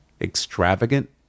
extravagant